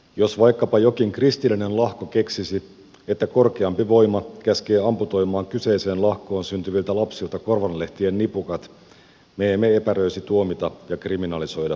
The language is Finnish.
jos vaikkapa jokin kristillinen lahko keksisi että korkeampi voima käskee amputoimaan kyseiseen lahkoon syntyviltä lapsilta korvalehtien nipukat me emme epäröisi tuomita ja kriminalisoida moista käytäntöä